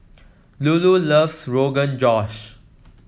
Lulu loves Rogan Josh